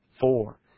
Four